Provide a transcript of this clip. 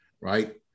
right